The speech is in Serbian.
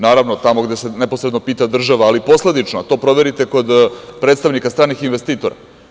Naravno, tamo gde se neposredno pita država, ali posledično, to proverite kod predstavnika stranih investitora.